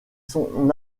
son